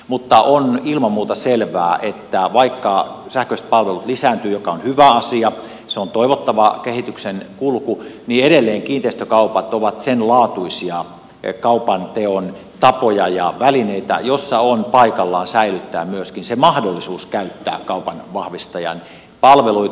mutta on ilman muuta selvää että vaikka sähköiset palvelut lisääntyvät mikä on hyvä asia se on toivottava kehityksen kulku niin edelleen kiinteistökaupat ovat sen laatuisia kaupanteon tapoja ja välineitä joissa on paikallaan säilyttää myöskin se mahdollisuus käyttää kaupanvahvistajan palveluita